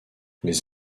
les